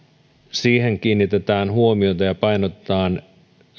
siihen kiinnitetään huomiota ja painotetaan